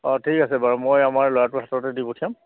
অঁ ঠিক আছে বাৰু মই আমাৰ ল'ৰাটোৰ হাততে দি পঠিয়াম